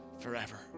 forever